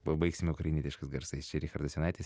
pabaigsime ukrainietiškais garsais čia richardas jonaitis